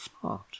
smart